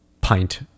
pint